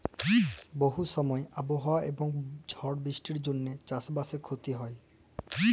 বহু সময় আবহাওয়া এবং ঝড় বৃষ্টির জনহে চাস বাসে ক্ষতি হয়